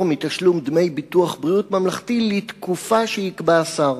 מתשלום דמי ביטוח בריאות ממלכתי לתקופה שיקבע השר.